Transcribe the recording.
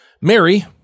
mary